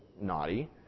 naughty